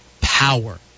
power